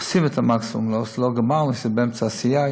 עושים את המקסימום, לא גמרנו, אנחנו באמצע העשייה.